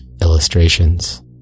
illustrations